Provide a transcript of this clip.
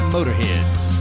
Motorheads